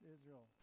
Israel